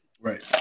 Right